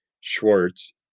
Schwartz